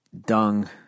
Dung